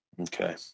Okay